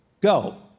go